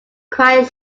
quite